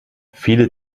viele